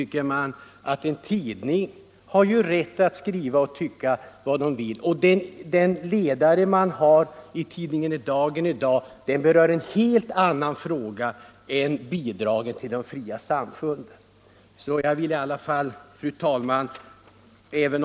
En tidning har rätt att skriva och tycka vad den = Bidrag till trossamvill. — Tidningen Dagens ledare i dag berör f.ö. en helt annan fråga — fund än bidragen till de fria samfunden. Fru talman!